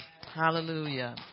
hallelujah